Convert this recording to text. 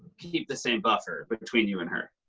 keep the same buffer between you and her.